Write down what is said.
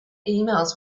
emails